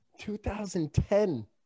2010